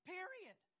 Period